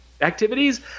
activities